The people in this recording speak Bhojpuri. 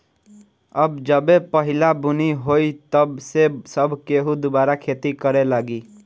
अब जबे पहिला बुनी होई तब से सब केहू दुबारा खेती करे लागी